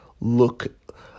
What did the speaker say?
look